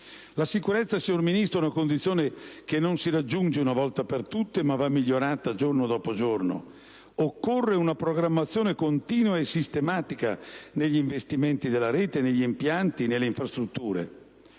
La sicurezza, signor Ministro, è una condizione che non si raggiunge una volta per tutte, ma va migliorata giorno dopo giorno. Occorre una programmazione continua e sistematica negli investimenti nella rete, negli impianti e nelle infrastrutture.